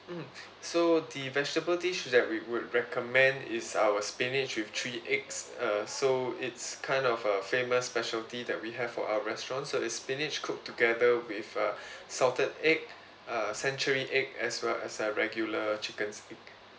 mm so the vegetable dish that we would recommend is our spinach with three eggs uh so it's kind of uh famous specialty that we have for our restaurant so it's spinach cook together with uh salted egg uh century egg as well as uh regular chicken's egg